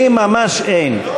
לי ממש אין.